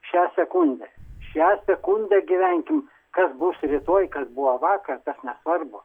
šią sekundę šią sekundę gyvenkim kas bus rytoj kas buvo vakar tas nesvarbu